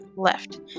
left